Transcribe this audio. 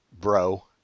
bro